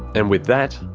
and with that,